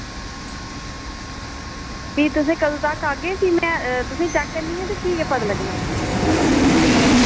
भी तुस कदूं तगर आह्गे ते भी में चैक करनी आं ते भी गै पता लग्गना